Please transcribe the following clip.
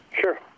Sure